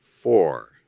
four